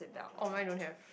oh mine don't have